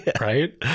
right